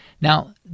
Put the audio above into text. Now